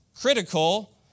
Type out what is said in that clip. critical